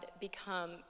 become